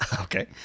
Okay